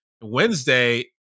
Wednesday